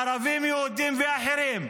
ערבים, יהודים ואחרים.